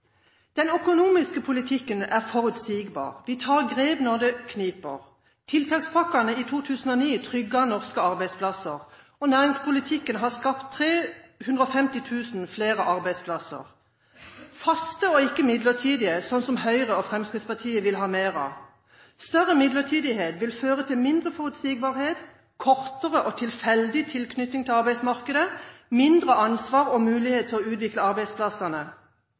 Den økonomiske politikken er forutsigbar. Vi tar grep når det kniper. Tiltakspakkene i 2009 trygget norske arbeidsplasser. Næringspolitikken har skapt 350 000 flere arbeidsplasser. Faste og ikke midlertidige, slik som Høyre og Fremskrittspartiet vil ha mer av. Større midlertidighet vil føre til mindre forutsigbarhet, kortere og tilfeldig tilknytning til arbeidsmarkedet, mindre ansvar og mulighet til å utvikle arbeidsplassene.